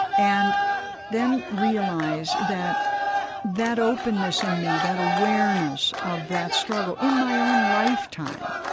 and then realize that that openness in me, that awareness of that struggle in my own lifetime,